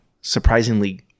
surprisingly